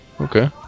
okay